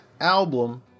album